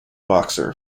boxer